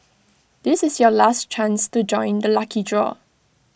this is your last chance to join the lucky draw